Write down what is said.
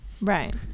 Right